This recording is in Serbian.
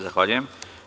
Zahvaljujem.